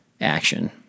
action